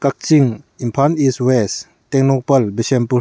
Kakching Imphal east west Tengnoupal Bishnupur